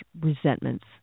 resentments